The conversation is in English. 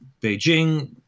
Beijing